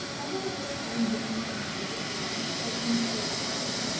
i had at this time written from time to time certain short stories,